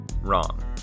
Wrong